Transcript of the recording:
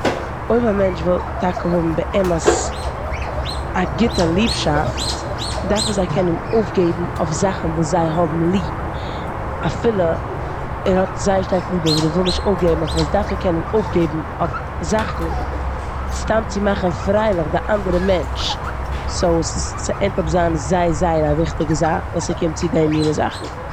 אויב א מענטש וויל טאקע האבן באמת א גוטע ליבשאפט דארפן זיי קענען אויפגעבן אויף זאכן וואס זיי האבן ליב. אפילו ער האט זייער שטארק ליב אבער ער וויל נישט אויפגעבן אויף עס דארף ער קענען אויפגעבן אויף זאכן סתם צו מאכן פרייליך די אנדערע מענטש סאו ס- ס'ענדט אפ זיין זייער, זייער א וויכטיגע זאך ווען ס'קומט צו די מינע זאכן.